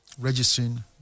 registering